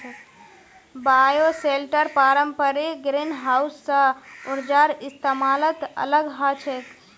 bioshelter पारंपरिक greenhouse स ऊर्जार इस्तमालत अलग ह छेक